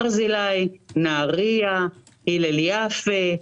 ברזילי, נהרייה, הילל יפה,